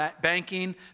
banking